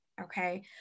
okay